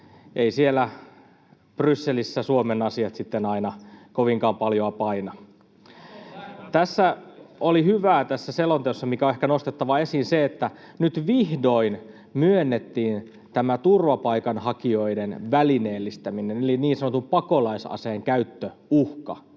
ei siellä Brysselissä Suomen asiat sitten aina kovinkaan paljoa paina. Tässä selonteossa oli hyvää — mikä on ehkä nostettava esiin — että nyt vihdoin myönnettiin tämä turvapaikanhakijoiden välineellistäminen eli niin sanotun pakolaisaseen käyttöuhka,